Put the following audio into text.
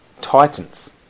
Titans